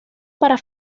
para